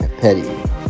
Petty